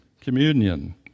communion